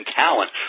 talent